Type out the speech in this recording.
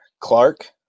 Clark